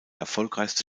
erfolgreichste